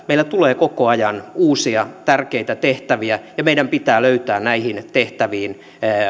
meillä tulee koko ajan uusia tärkeitä tehtäviä ja meidän pitää löytää näihin tehtäviin